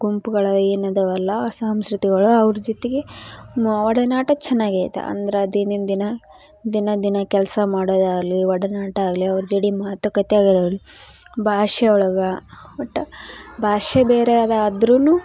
ಗುಂಪ್ಗಳು ಏನು ಇದವಲ್ಲ ಆ ಸಾಂಸ್ಕೃತಿಗಳು ಅವ್ರ ಜೊತಿಗೆ ಮ ಒಡನಾಟ ಚೆನ್ನಾಗೇ ಐತೆ ಅಂದ್ರೆ ದೈನಂದಿನ ದಿನ ದಿನ ಕೆಲಸ ಮಾಡೋದಾಲೀ ಒಡನಾಟ ಆಗಲಿ ಅವ್ರ ಜೋಡಿ ಮಾತುಕತೆ ಆಗಿರಲಿ ಭಾಷೆ ಒಳಗೆ ಒಟ್ಟು ಭಾಷೆ ಬೇರೆ ಅದ ಆದ್ರೂನೂ